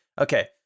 Okay